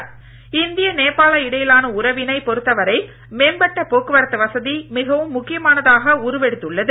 India நேபாள இடையிலான உறவினை பொறுத்தவரை மேம்பட்ட போக்குவரத்து வசதி மிகவும் முக்கியமானதாக உருவெடுத்துள்ளது